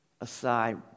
aside